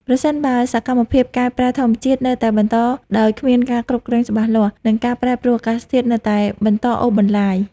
ប្រសិនបើសកម្មភាពកែប្រែធម្មជាតិនៅតែបន្តដោយគ្មានការគ្រប់គ្រងច្បាស់លាស់ និងការប្រែប្រួលអាកាសធាតុនៅតែបន្តអូសបន្លាយ។